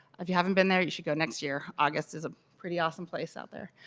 if you haven't been there you should go next year. august is a pretty awesome place out there.